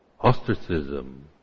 ostracism